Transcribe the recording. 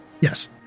Yes